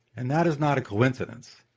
and that is not a coincidence.